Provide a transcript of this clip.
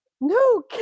no